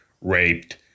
raped